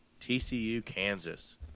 TCU-Kansas